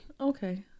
okay